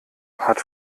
hat